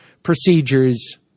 procedures